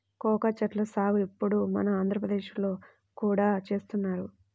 cocoa చెట్ల సాగు ఇప్పుడు మన ఆంధ్రప్రదేశ్ లో కూడా చేస్తున్నారు